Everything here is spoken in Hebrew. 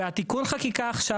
ותיקון החקיקה עכשיו,